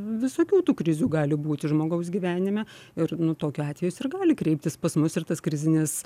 visokių tų krizių gali būti žmogaus gyvenime ir nu tuokiu atveju jis ir gali kreiptis pas mus ir tas krizinis